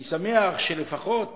אני שמח שלפחות